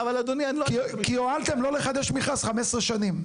כי הואלתם לא לחדש מכרז 15 שנים.